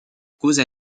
cause